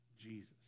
Jesus